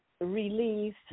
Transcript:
release